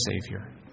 Savior